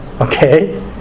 Okay